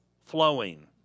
flowing